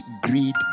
greed